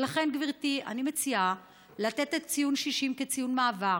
ולכן, גברתי, אני מציעה לתת ציון 60 כציון מעבר,